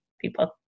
people